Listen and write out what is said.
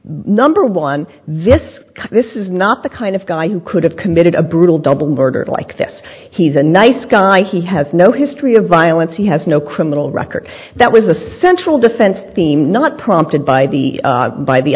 number one this this is not the kind of guy who could have committed a brutal double murder like this he's a nice guy he has no history of violence he has no criminal record that was a central defense team not prompted by the by the